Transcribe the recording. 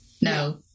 no